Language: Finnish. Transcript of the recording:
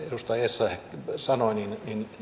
edustaja essayah sanoi